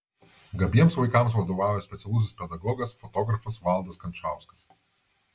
gabiems vaikams vadovauja specialusis pedagogas fotografas valdas kančauskas